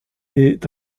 est